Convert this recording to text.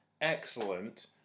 excellent